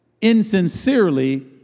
insincerely